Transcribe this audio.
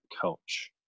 coach